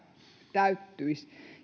täyttyisi